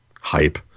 hype